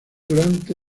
durante